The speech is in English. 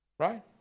Right